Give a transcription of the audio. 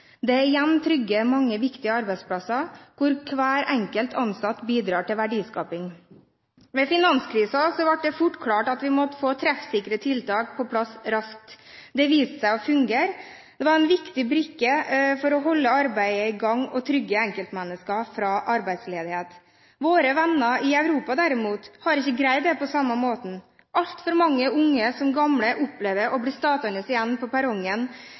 Det igjen trygger mange viktige arbeidsplasser, hvor hver enkelt ansatt bidrar til verdiskaping. Under finanskrisen ble det fort klart at vi måtte få treffsikre tiltak på plass raskt. Det viste seg å fungere. Det var en viktig brikke for å holde arbeidet i gang og trygge enkeltmennesker fra arbeidsledighet. Våre venner i Europa, derimot, har ikke greid det på samme måten. Altfor mange, unge som gamle, opplever å bli stående igjen på perrongen,